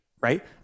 right